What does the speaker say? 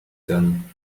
done